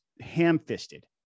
ham-fisted